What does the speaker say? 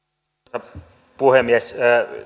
arvoisa puhemies